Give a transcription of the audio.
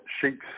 sheep